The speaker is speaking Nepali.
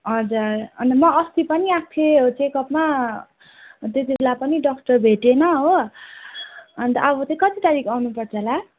हजुर अन्त म अस्ति पनि आएको थिएँ चेकअपमा त्यतिबेला पनि डक्टर भेटेन हो अन्त अब चाहिँ कति तारिक आउनुपर्छ होला